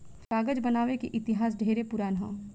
कागज बनावे के इतिहास ढेरे पुरान ह